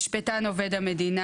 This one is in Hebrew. משפטן עובד המדינה,